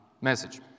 message